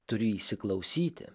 turi įsiklausyti